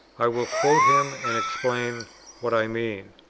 i will quote him and explain what i mean.